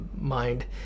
mind